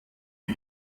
die